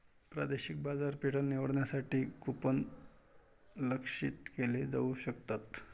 प्रादेशिक बाजारपेठा निवडण्यासाठी कूपन लक्ष्यित केले जाऊ शकतात